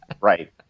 right